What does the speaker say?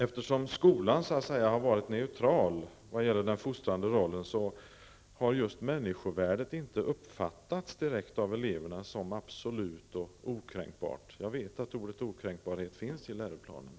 Eftersom skolan varit neutral när det gäller den fostrande rollen, har just människovärdet av eleverna inte direkt uppfattats som absolut och okränkbart. Jag vet att ordet ''okränkbarhet'' finns i läroplanen.